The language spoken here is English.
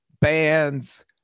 bands